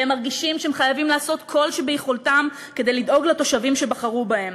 והם מרגישים שהם חייבים לעשות כל שביכולתם כדי לדאוג לתושבים שבחרו בהם.